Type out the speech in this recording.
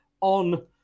on